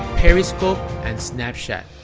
periscope and snapchat.